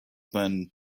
man